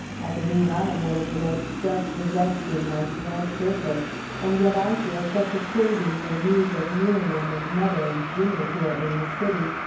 i believe i am one of the most self-possessed in my small circle and yet i feel such a craving for news of miriam, and mother, and jimmy, who are in the city,